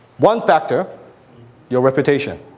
one factor your reputation.